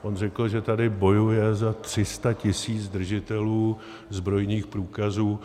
On řekl, že tady bojuje za 300 tisíc držitelů zbrojních průkazů.